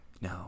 No